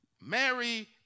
Mary